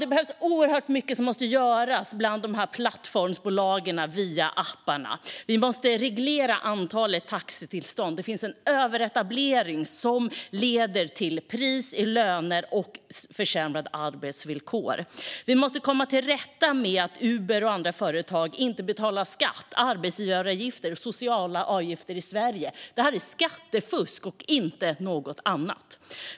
Det är oerhört mycket som behöver göras bland dessa plattformsbolag som verkar via apparna. Vi måste reglera antalet taxitillstånd. Det finns en överetablering, som leder till en press nedåt av löner och till försämrade arbetsvillkor. Vi måste komma till rätta med att Uber och andra företag inte betalar skatt, arbetsgivaravgifter och sociala avgifter i Sverige. Det här är skattefusk och inte något annat.